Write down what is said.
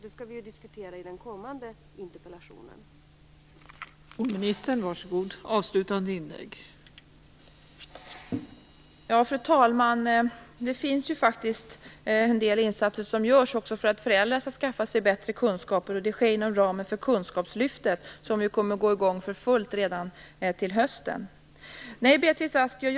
Det skall vi ju diskutera i den kommande interpellationsdebatten.